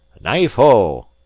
knife oh!